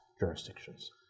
jurisdictions